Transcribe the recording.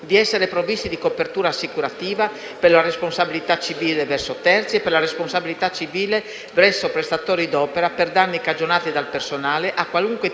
di essere provvisti di copertura assicurativa per la responsabilità civile verso terzi e per la responsabilità civile verso prestatori d'opera per danni cagionati dal personale a qualunque titolo